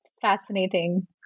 fascinating